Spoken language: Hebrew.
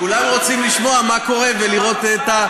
כולם רוצים לשמוע מה קורה ולראות את,